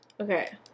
Okay